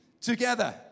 together